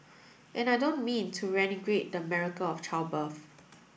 and I don't mean to the miracle of childbirth